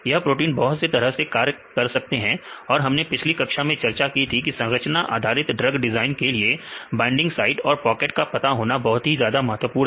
यह प्रोटीन बहुत से तरह के कार्य कर सकते हैं और हमने पिछले कक्षा में चर्चा की थी की संरचना आधारित ड्रग डिजाइन के लिए वाइंडिंग साइट और पॉकेट का पता होना बहुत ही ज्यादा महत्वपूर्ण है